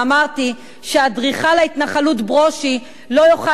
ואמרתי שאדריכל ההתנחלות ברושי לא יוכל